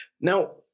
Now